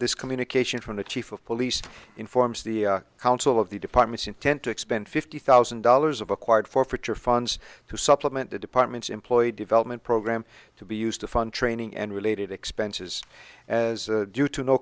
this communication from the chief of police informs the counsel of the department's intent to expend fifty thousand dollars of acquired forfeiture funds to supplement the department's employed development program to be used to fund training and related expenses as due to no